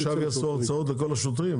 שעכשיו יעשו הרצאות לכל השוטרים?